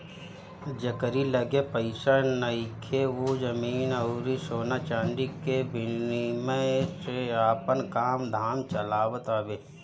जेकरी लगे पईसा नइखे उ जमीन अउरी सोना चांदी के विनिमय से आपन काम धाम चलावत हवे